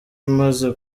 imaze